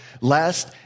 lest